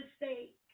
mistake